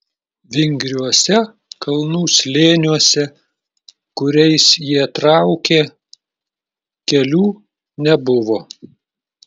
vingriuose kalnų slėniuose kuriais jie traukė kelių nebuvo